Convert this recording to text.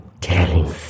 telling